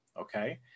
okay